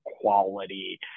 quality